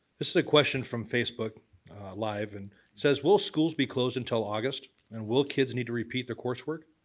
this is a question from facebook live and says will schools be closed until august and will kids need to repeat their coursework?